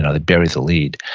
and they bury the lead.